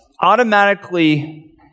automatically